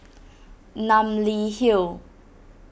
Namly Hill